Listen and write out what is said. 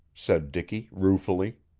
said dicky ruefully.